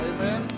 Amen